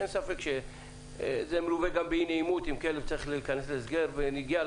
אין ספק שזה מלווה באי-נעימות שכלב מגיע להסגר וגם צריך לשלם.